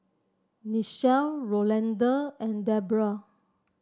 Nichelle Rolanda and Debroah